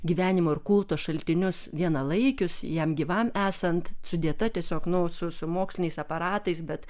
gyvenimo ir kulto šaltinius vienalaikius jam gyvam esant sudėta tiesiog nu su su moksliniais aparatais bet